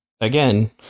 again